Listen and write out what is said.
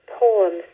poems